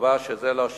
וקבע שזה לא שוויוני.